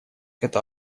это